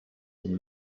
and